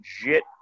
legit